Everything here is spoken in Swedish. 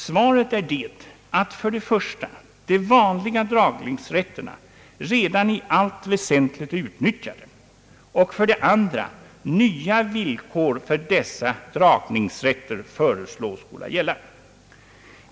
Svaret är att för det första de vanliga dragningsrätterna redan i allt väsentligt är utnyttjade och att för det andra nya villkor för dessa dragningsrätter föreslås skola gälla.